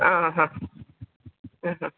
ആ ഹാ ഏ ഹാ ആ